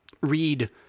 read